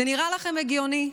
זה נראה לכם הגיוני?